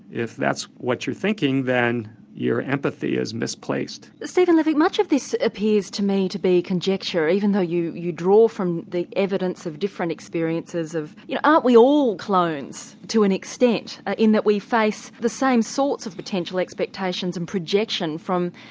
if that's what you're thinking then your empathy is misplaced. stephen levick much of this appears to me to be conjecture even though you you draw from the evidence of different experiences you know aren't we all clones to an extent in that we face the same sorts of potential expectations and projections from,